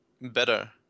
better